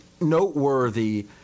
noteworthy